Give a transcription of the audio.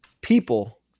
people